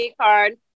card